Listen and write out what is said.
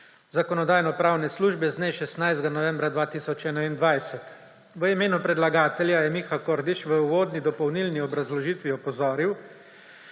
Zakonodajno-pravne službe z dne 16. novembra 2021. V imenu predlagatelja je Miha Kordiš v uvodni dopolnilni obrazložitvi opozoril,